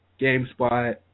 GameSpot